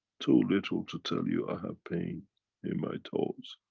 too little to tell you i have pain in my toes.